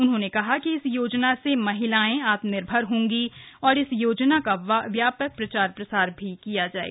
उन्होंने कहा कि इस योजना से महिलाऐं आत्मनिर्भर होंगी इस लिए योजना का व्यपाक प्रचार प्रसार किया जाये